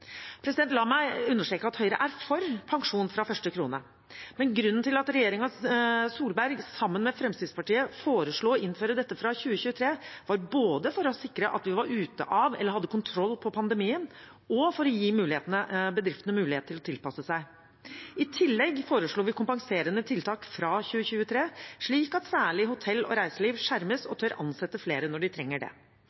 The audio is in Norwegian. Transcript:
La meg understreke at Høyre er for pensjon fra første krone. Da regjeringen Solberg sammen med Fremskrittspartiet foreslo å innføre dette fra 2023, var det både for å sikre at vi var ute av eller hadde kontroll på pandemien, og for å gi bedriftene mulighet til å tilpasse seg. I tillegg foreslo vi kompenserende tiltak fra 2023, slik at særlig hotell og reiseliv skjermes